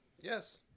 yes